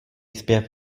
zpěv